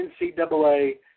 NCAA